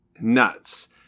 nuts